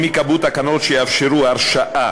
אם ייקבעו תקנות שיאפשרו הרשאה